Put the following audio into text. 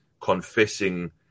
confessing